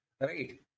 right